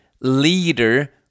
leader